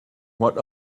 what